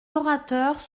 orateurs